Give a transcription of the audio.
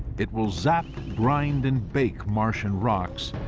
it will zap, grind and bake martian rocks,